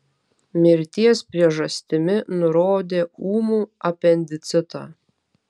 mirties priežastimi nurodė ūmų apendicitą